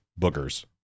boogers